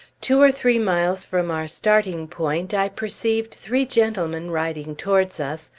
two or three miles from our starting-point, i perceived three gentlemen riding towards us,